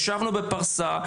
ישבנו בפרסה.